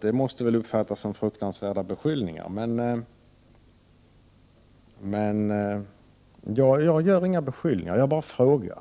Detta måste väl uppfattas som fruktansvärda beskyllningar, men jag gör inga beskyllningar, utan jag bara frågar.